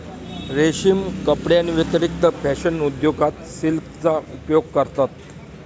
रेशीम कपड्यांव्यतिरिक्त फॅशन उद्योगात सिल्कचा उपयोग करतात